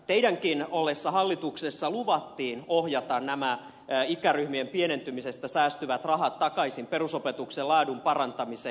teidänkin ollessanne hallituksessa luvattiin ohjata nämä ikäryhmien pienentymisestä säästyvät rahat takaisin perusopetuksen laadun parantamiseen